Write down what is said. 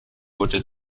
wurde